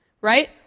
right